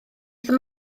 aeth